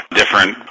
different